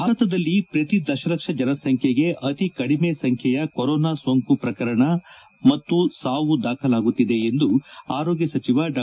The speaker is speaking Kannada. ಭಾರತದಲ್ಲಿ ಪ್ರತಿ ದಶಲಕ್ಷ ಜನಸಂಖ್ಯೆಗೆ ಅತಿ ಕಡಿಮೆ ಸಂಖ್ಯೆಯ ಕೊರೊನಾ ಸೋಂಕು ಪ್ರಕರಣ ಮತ್ತಷ್ಟು ದಾಖಲಾಗುತ್ತಿದೆ ಎಂದು ಆರೋಗ್ಯ ಸಚಿವ ಡಾ